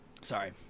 Sorry